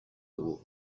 dugu